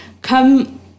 Come